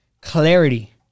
Clarity